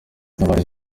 abarezi